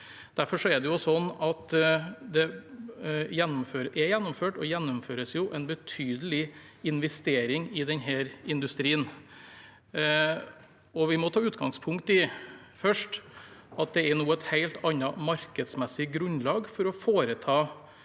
Derfor er det gjennomført, og det gjennomføres, en betydelig investering i denne industrien. Vi må for det første ta utgangspunkt i at det nå er et helt annet markedsmessig grunnlag for å foreta